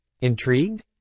Intrigued